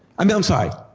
i'm um sorry.